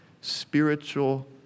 spiritual